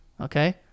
Okay